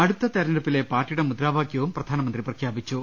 അടുത്ത തെരഞ്ഞെടുപ്പിലെ പാർട്ടിയുടെ മുദ്രാവാക്യവും പ്രധാന മന്ത്രി പ്രഖ്യാപിച്ചു